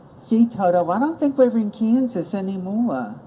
see toto, i don't think we're in kansas anymore.